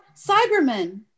Cyberman